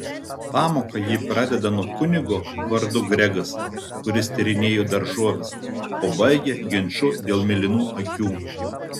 pamoką ji pradeda nuo kunigo vardu gregas kuris tyrinėjo daržoves o baigia ginču dėl mėlynų akių